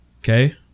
Okay